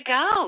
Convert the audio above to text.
go